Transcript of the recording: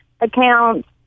accounts